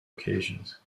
occasions